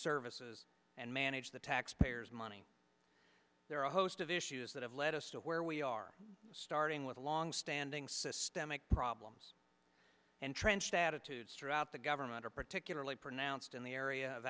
services and manage the taxpayers money there are a host of issues that have led us to where we are starting with longstanding systemic problems entrenched attitudes throughout the government are particularly pronounced in the area of